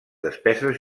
despeses